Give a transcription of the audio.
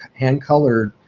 hand colored,